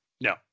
No